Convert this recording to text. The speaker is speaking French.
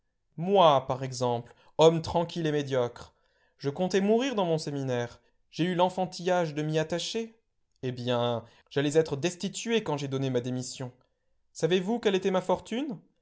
moi par exemple homme tranquille et médiocre je comptais mourir dans mon séminaire j'ai eu l'enfantillage de m'y attacher eh bien j'allais être destitué quand j'ai donné ma démission savez-vous quelle était ma fortune